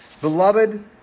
Beloved